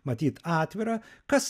matyt atvira kas